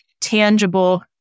tangible